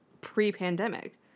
pre-pandemic